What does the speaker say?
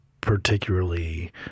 particularly